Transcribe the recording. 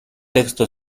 texto